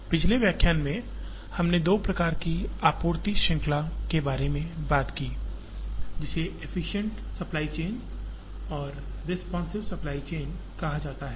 पिछले व्याख्यान में हमने दो प्रकार की आपूर्ति श्रृंखला के बारे बात की जिसे एफ्फिसिएंट सप्लाई चेन और रेस्पॉन्सिव सप्लाई चेन कहा जाता है